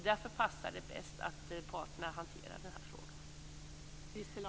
Därför passar det bäst att parterna hanterar denna fråga.